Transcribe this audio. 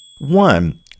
One